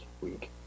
week